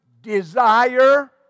desire